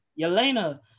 Yelena